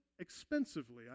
expensively